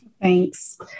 Thanks